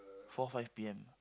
four five P_M